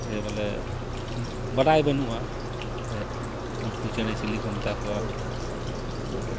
ᱡᱮ ᱵᱚᱞᱮ ᱵᱟᱰᱟᱭ ᱵᱟᱹᱱᱩᱜᱼᱟ ᱦᱮᱸ ᱩᱱᱠᱩ ᱪᱮᱬᱮ ᱪᱤᱞᱤ ᱠᱚ ᱢᱮᱛᱟ ᱠᱚᱣᱟ